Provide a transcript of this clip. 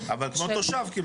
אבל כמעט כמו תושב.